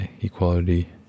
equality